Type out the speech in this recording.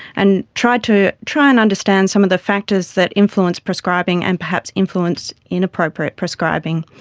and tried to try and understand some of the factors that influence prescribing and perhaps influence inappropriate prescribing.